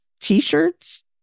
t-shirts